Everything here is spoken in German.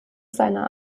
seiner